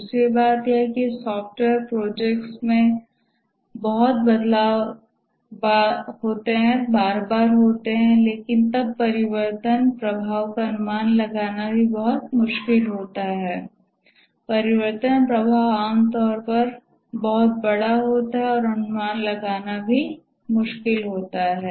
दूसरी बात यह है कि सॉफ्टवेयर प्रोजेक्ट्स में बदलाव बहुत बार होते हैं लेकिन तब परिवर्तन प्रभाव का अनुमान लगाना भी बहुत मुश्किल होता है परिवर्तन प्रभाव आमतौर पर बहुत बड़ा होता है और अनुमान लगाना भी मुश्किल होता है